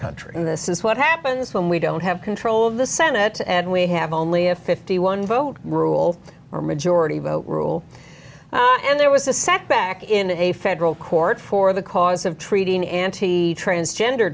country and this is what happens when we don't have control of the senate and we have only a fifty one vote rule or majority vote rule and there was a setback in a federal court for the cause of treating anti transgender